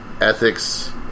ethics